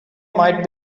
might